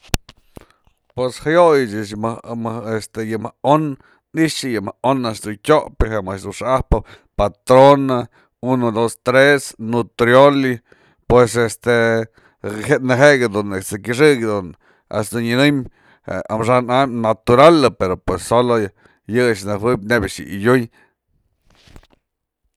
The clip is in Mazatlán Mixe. Pos jëyoyë ëch yë mëjk este on ni'ixa yë mëjk on a'ax du tyopë jë mëjk dun xa'ajpë patrona, uno dos tres, nutrioli, pues este neje jadun kyëxëk a'ax dun nyënem amaxa'an am natural, pues solo yë a'ax nëjuëbë nebya a'ax yadyun.